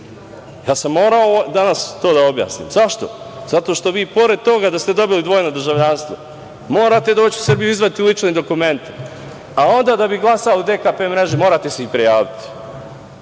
Ja sam morao danas to da objasnim. Zašto? Zato što vi pored toga da ste dobili dvojno državljanstvo morate doći u Srbiju izvaditi lične dokumente, a onda da bi glasao u DKP mreži morate se i prijaviti. Nema